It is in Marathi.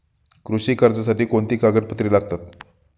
कृषी कर्जासाठी कोणती कागदपत्रे लागतात?